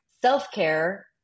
self-care